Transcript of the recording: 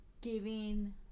Giving